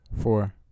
four